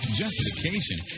justification